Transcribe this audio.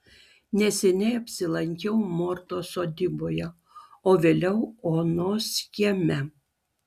neseniai apsilankiau mortos sodyboje o vėliau onos kieme